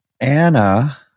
Anna